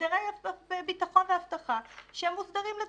כלומר, הסדרי ביטחון ואבטחה שמוסדרים לדלקים.